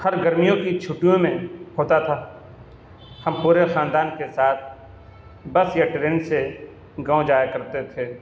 ہر گرمیوں کی چھٹیوں میں ہوتا تھا ہم پورے خاندان کے ساتھ بس یا ٹرین سے گاؤں جایا کرتے تھے